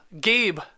Gabe